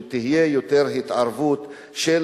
שתהיה יותר התערבות של